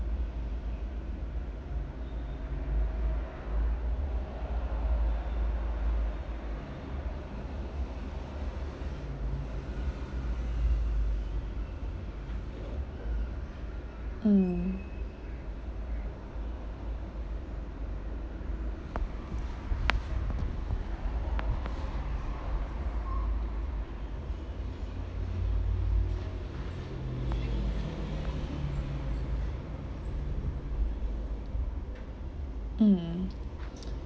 mm mm